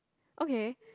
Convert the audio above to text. okay